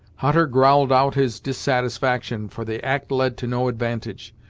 hutter growled out his dissatisfaction, for the act led to no advantage,